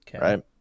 right